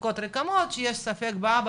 בדיקות רקמות כשיש ספק באבא,